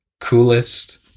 coolest